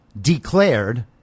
declared